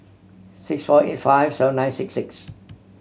six four eight five seven nine six six